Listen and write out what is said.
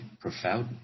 profound